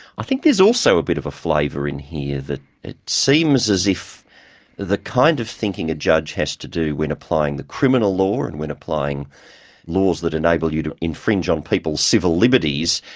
i think there's also a bit of a flavour in here that it seems as if the kind of thinking a judge has to do when applying the criminal law, and when applying laws that enable you to infringe on people's civil liberties,